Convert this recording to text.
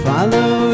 Follow